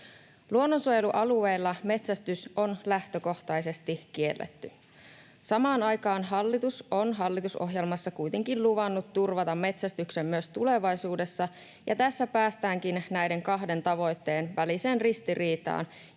Luonnonsuojelualueilla metsästys on lähtökohtaisesti kielletty. Samaan aikaan hallitus on hallitusohjelmassa kuitenkin luvannut turvata metsästyksen myös tulevaisuudessa, ja tässä päästäänkin näiden kahden tavoitteen väliseen ristiriitaan,